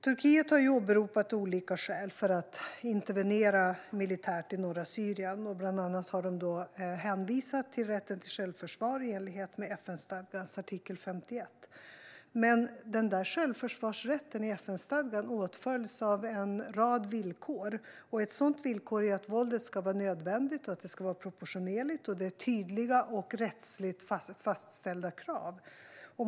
Turkiet har åberopat olika skäl för att intervenera militärt i norra Syrien. Bland annat har de hänvisat till rätten till självförsvar i enlighet med FN-stadgans artikel 51. Men denna självförsvarsrätt i FN-stadgan åtföljs av en rad villkor. Ett sådant villkor är att våldet ska vara nödvändigt och proportionerligt och att det ska finnas tydliga och rättsligt fastställda krav.